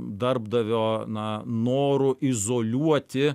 darbdavio na noro izoliuoti